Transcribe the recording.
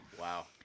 Wow